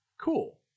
cool